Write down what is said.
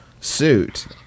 suit